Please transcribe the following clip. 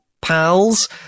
pals